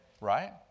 right